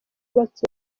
bake